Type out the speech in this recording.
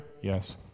yes